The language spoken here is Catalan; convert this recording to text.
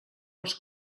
als